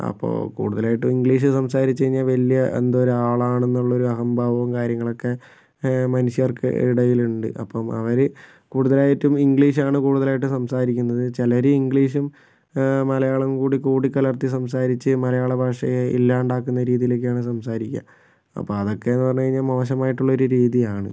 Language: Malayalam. അപ്പോൾ കൂടുതലായിട്ടും ഇംഗ്ലീഷ് സംസാരിച്ച് കഴിഞ്ഞാൽ വലിയ എന്തൊരാളാണെന്നുള്ളൊരു അഹംഭാവവും കാര്യങ്ങളൊക്കെ മനുഷ്യർക്കിടയിലുണ്ട് അപ്പം അവർ കൂടുതലായിട്ടും ഇംഗ്ലീഷാണ് കൂടുതലായിട്ടും സംസാരിക്കുന്നത് ചിലർ ഇംഗ്ലീഷും മലയാളവും കൂടി കൂടി കലർത്തി സംസാരിച്ച് മലയാള ഭാഷയെ ഇല്ലാണ്ടാക്കുന്ന രീതിയിലൊക്കെയാണ് സംസാരിക്കുക അപ്പം അതൊക്കെയെന്ന് പറഞ്ഞു കഴിഞ്ഞാൽ മോശമായിട്ടുള്ളൊരു രീതിയാണ്